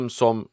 som